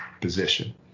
position